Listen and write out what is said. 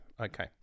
okay